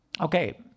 Okay